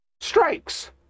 Strikes